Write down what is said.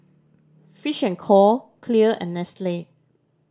Fish and Co Clear and Nestle